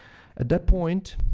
at that point,